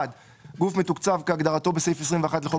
"(1)גוף מתוקצב כהגדרתו בסעיף 21 לחוק